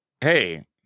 hey